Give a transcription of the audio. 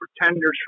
pretenders